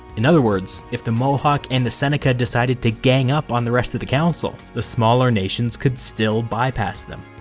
in other words, if the mohawk and the seneca decided to gang up on the rest of the council, the smaller nations could still bypass them.